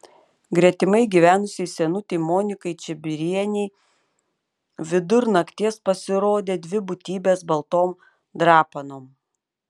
gretimai gyvenusiai senutei monikai čibirienei vidur nakties pasirodė dvi būtybės baltom drapanom